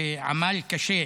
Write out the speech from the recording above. שעמל קשה,